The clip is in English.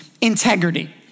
integrity